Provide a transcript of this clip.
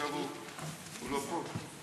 ועכשיו הוא לא פה.